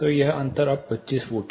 तो यह अंतर अब 25 फुट है